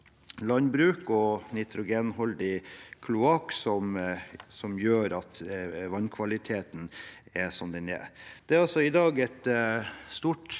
landbruket og nitrogenholdig kloakk som gjør at vannkvaliteten er som den er. Det er i dag et stort